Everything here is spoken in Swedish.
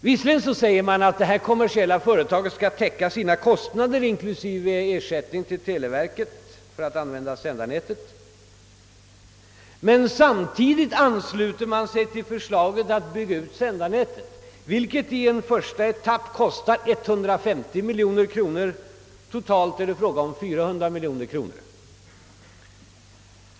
Visserligen säger man att det kommersiella företaget skall täcka sina kostnader och betala ersättning till televerket för att använda sändarnätet, men samtidigt ansluter man sig till förslaget att bygga ut sändarnätet, vilket i en första etapp kostar 150 miljoner kronor — totalt är det fråga om 400 miljoner.